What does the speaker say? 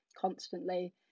constantly